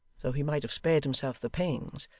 though he might have spared himself the pains,